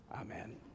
Amen